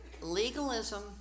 legalism